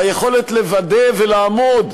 והיכולת לוודא ולעמוד